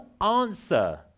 answer